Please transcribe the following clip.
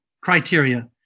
criteria